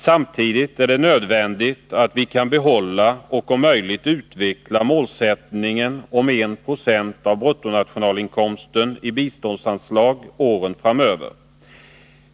Samtidigt är det nödvändigt att vi kan behålla och om möjligt utveckla målsättningen 1 96 av bruttonationalinkomsten i biståndsanslag åren framöver.